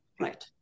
Right